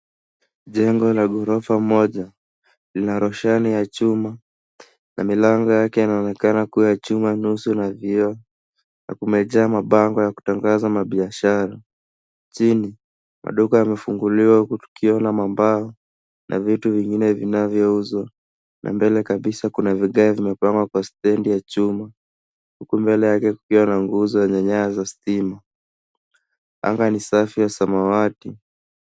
Jengo la ghorofa moja lina roshani ya chuma na milango yake inaonekana kuwa ya chuma nusu na vioo na kumejaa mabango ya kutangaza mabiashara. Chini maduka yamefunguliwa huku tukio la mambao na vitu vingine vinavyouzwa na mbele kabisa kuna vigae vilivyopangwa kwa stendi ya chuma huku mbele yake kukiwa na nguzo yenye nyaya za stima. Anga ni safi ya samawati.